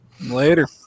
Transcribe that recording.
Later